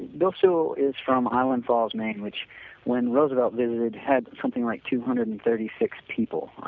bill sewall is from island falls, maine which when roosevelt visited had something like two hundred and thirty six people,